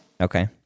Okay